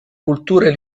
culture